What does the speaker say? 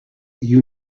you